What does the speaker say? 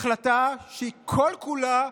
החלטה שכל-כולה,